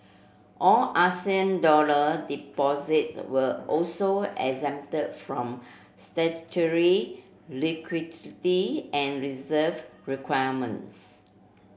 all dollar deposited were also exempted from statutory liquidity and reserve requirements